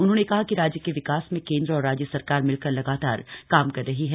उन्होंने कहा कि राज्य के विकास में केंद्र और राज्य सरकार मिलकर लगातार काम कर रही है